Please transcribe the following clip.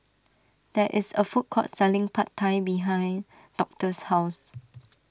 there is a food court selling Pad Thai behind Doctor's house